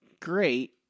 great